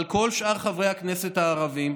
אבל כל שאר חברי הכנסת הערבים,